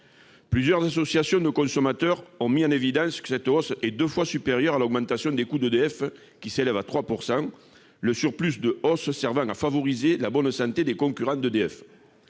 Plusieurs associations de consommateurs ont mis en évidence que cette hausse est deux fois supérieure à l'augmentation des coûts d'EDF, qui s'élève à 3 %, le surplus de hausse servant à favoriser la bonne santé des concurrents d'EDF.